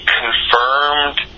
confirmed